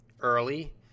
early